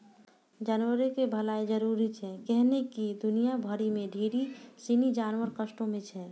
जानवरो के भलाइ जरुरी छै कैहने कि दुनिया भरि मे ढेरी सिनी जानवर कष्टो मे छै